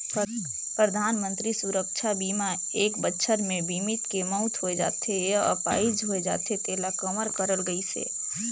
परधानमंतरी सुरक्छा बीमा मे एक बछर मे बीमित के मउत होय जाथे य आपाहिज होए जाथे तेला कवर करल गइसे